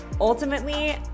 Ultimately